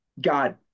God